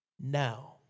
Now